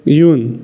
یُن